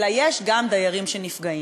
אלא יש גם דיירים שנפגעים.